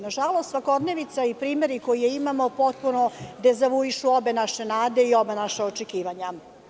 Nažalost, svakodnevnica i primeri koje imamo potpuno dezavuišu ove naše nade i ova naša očekivanja.